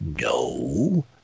No